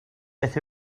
beth